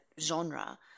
genre